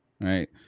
right